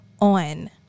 on